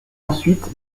ensuite